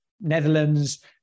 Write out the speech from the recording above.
Netherlands